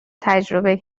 تجربه